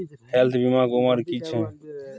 Health बीमा के उमर की छै?